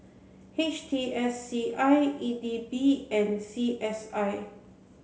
H T S C I E D B and C S I